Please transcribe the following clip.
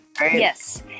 Yes